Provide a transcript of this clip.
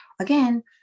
again